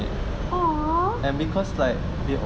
ah